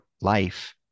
life